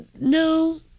No